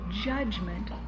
judgment